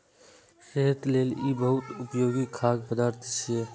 सेहत लेल ई बहुत उपयोगी खाद्य पदार्थ छियै